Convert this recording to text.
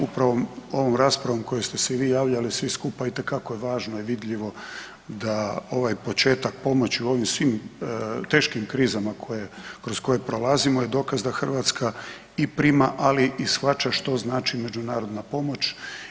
Upravo ovom raspravom kojom ste se i vi javljali svi skupa itekako je važno i vidljivo da ovaj početak pomoći u ovim svim teškim krizama kroz koje prolazimo je dokaz da Hrvatska i prima, ali i shvaća što znači međunarodna pomoć.